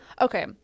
Okay